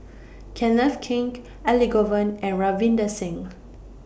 Kenneth Keng Elangovan and Ravinder Singh